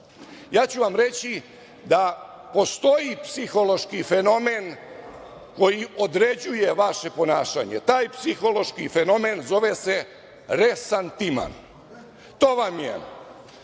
Ja ću vam reći da postoji psihološki fenomen koji određuje vaše ponašanje. Taj psihološki fenomen zove se resantiman. To vam je